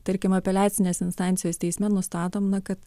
tarkim apeliacinės instancijos teisme nustatom na kad